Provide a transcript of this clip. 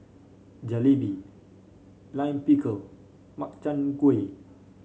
Jalebi Lime Pickle Makchang Gui